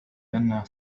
بأنها